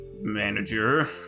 manager